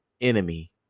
enemy